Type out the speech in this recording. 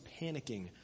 panicking